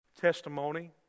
testimony